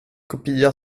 kopia